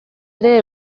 ere